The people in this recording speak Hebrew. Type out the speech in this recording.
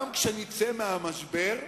גם כשנצא מהמשבר,